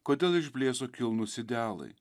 kodėl išblėso kilnūs idealai